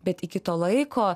bet iki to laiko